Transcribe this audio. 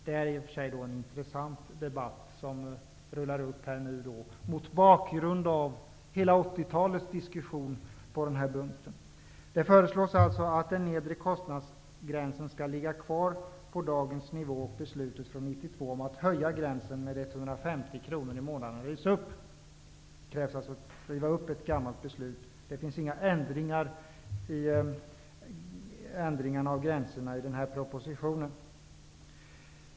Det är i och för sig en intressant debatt som rullar upp, mot bakgrund av hela 80-talets diskussion på den här punkten. Det föreslås att den nedre kostnadsgränsen skall ligga kvar på dagens nivå och att beslutet från 1992 om att höja gränsen med 150 kr i månaden rivs upp. Det krävs alltså att ett gammalt beslut rivs upp. Det finns i den här propositionen inga förslag till ändringar av gränserna.